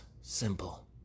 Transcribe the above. simple